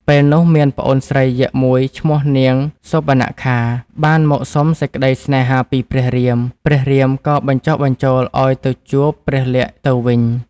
ពេលនោះមានប្អូនស្រីយក្សមួយឈ្មោះនាង សូរបនខា បានមកសុំសេចក្តីស្នេហាពីព្រះរាម ព្រះរាមក៏បញ្ចុះបញ្ចូលឱ្យទៅជួបព្រះលក្សណ៍ទៅវិញ។